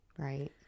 Right